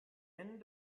end